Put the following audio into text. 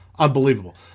Unbelievable